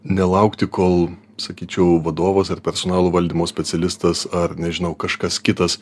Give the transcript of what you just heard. nelaukti kol sakyčiau vadovas ar personalo valdymo specialistas ar nežinau kažkas kitas